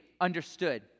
understood